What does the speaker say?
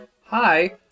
Hi